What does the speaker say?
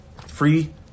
Free